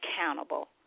accountable